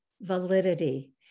validity